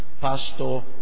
pastor